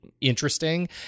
interesting